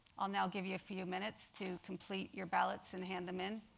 i'll now give you a few minutes to complete your ballots and hand them in.